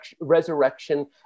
resurrection